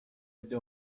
عده